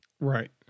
Right